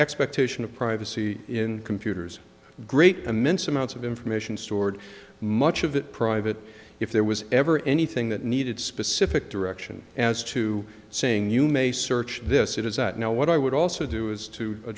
expectation of privacy in computers great immense amounts of information stored much of it private if there was ever anything that needed specific direction as to saying you may search this it is at now what i would also do is to